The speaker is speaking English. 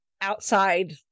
outside